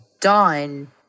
done